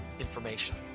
information